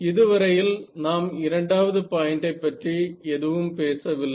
இதுவரையில் நாம் இரண்டாவது பாயிண்டை பற்றி எதுவும் பேசவில்லை